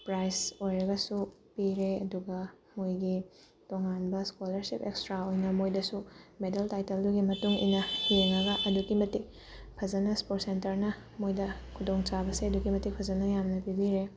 prize ꯑꯣꯏꯔꯒꯁꯨ ꯄꯤꯔꯦ ꯑꯗꯨꯒ ꯃꯣꯏꯒꯤ ꯇꯣꯉꯥꯟꯕ ꯏꯁꯀꯣꯂꯔꯁꯤꯞ ꯑꯦꯛꯁꯇ꯭ꯔꯥ ꯑꯣꯏꯅ ꯃꯣꯏꯗꯁꯨ ꯃꯦꯗꯜ ꯇꯥꯏꯇꯜꯗꯨꯒꯤ ꯃꯇꯨꯡꯏꯟꯅ ꯌꯦꯡꯉꯒ ꯑꯗꯨꯛꯀꯤ ꯃꯇꯤꯛ ꯐꯖꯅ ꯏꯁꯄꯣꯔꯠ ꯁꯦꯟꯇꯔꯅ ꯃꯣꯏꯗ ꯈꯨꯗꯣꯡꯆꯥꯕꯁꯦ ꯑꯗꯨꯛꯀꯤ ꯃꯇꯤꯛ ꯐꯖꯅ ꯌꯥꯝꯅ ꯄꯤꯕꯤꯔꯦ